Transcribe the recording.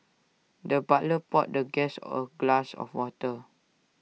the butler poured the guest A glass of water